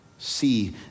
see